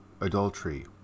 adultery